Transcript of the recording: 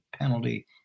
penalty